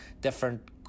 different